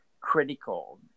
critical